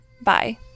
Bye